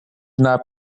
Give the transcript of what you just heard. not